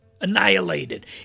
annihilated